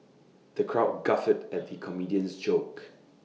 the crowd guffawed at the comedian's jokes